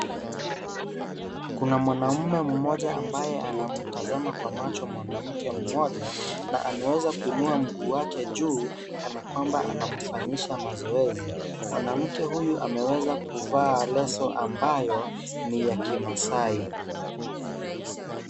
Kuna mwanaume mmoja ambaye anamtazama kwa macho mwanamke mmoja na ameweza kuinua mguu wake juu, kana kwamba anamfanyisha mazoezi, mwanamke huyu ameweza kuvaa leso ambayo ni ya kimaasai.